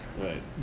Right